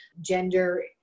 Gender